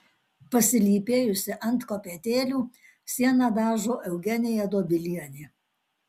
pasilypėjusi ant kopėtėlių sieną dažo eugenija dobilienė